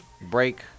break